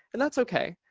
and that's okay.